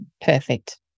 Perfect